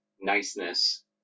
niceness